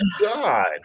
God